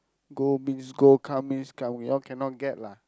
go means go come means come we all cannot get lah